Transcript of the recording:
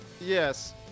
yes